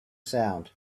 sound